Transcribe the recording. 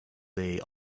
they